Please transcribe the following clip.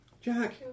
Jack